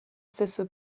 stesso